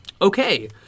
Okay